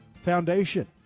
Foundation